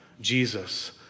Jesus